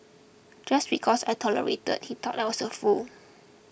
just because I tolerated he thought I was a fool